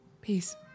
peace